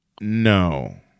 No